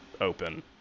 open